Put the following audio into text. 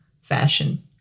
fashion